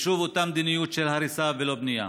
שוב אותה מדיניות של הריסה ולא בנייה,